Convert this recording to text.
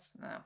no